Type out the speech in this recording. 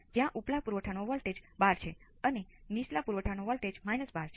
તેથી હવે તે આ વોલ્ટેજ ને લાગુ પડે છે